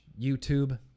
YouTube